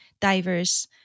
diverse